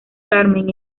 carmen